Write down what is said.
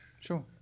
Sure